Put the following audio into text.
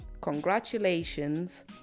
Congratulations